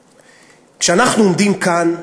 כשאנחנו עומדים כאן,